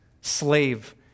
slave